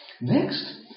Next